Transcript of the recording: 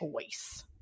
choice